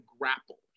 grapple